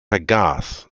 vergaß